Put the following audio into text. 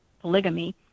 polygamy